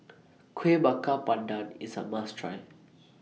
Kueh Bakar Pandan IS A must Try